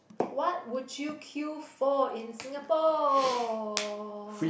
what would you queue for in Singapore